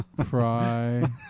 Fry